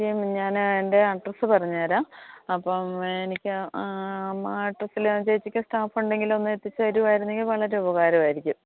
ഞാൻ എൻ്റെ അഡ്രെസ്സ് പറഞ്ഞു തരാം അപ്പം എനിക്ക് ആ അഡ്രെസ്സിൽ ചേച്ചിക്ക് സ്റ്റാഫ്ഫുണ്ടെങ്കിൽ ഒന്നെത്തിച്ചു തരുമായിരുന്നെങ്കിൽ വളരെ ഉപകാരമായിരിക്കും